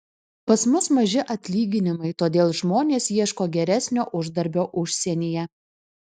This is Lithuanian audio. pas mus maži atlyginimai todėl žmonės ieško geresnio uždarbio užsienyje